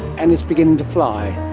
and it's beginning to fly,